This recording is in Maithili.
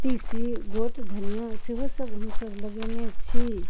तीसी गोट धनिआ सेहो सब हमसब लगेनै छी